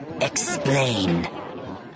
Explain